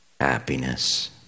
happiness